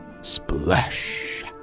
Splash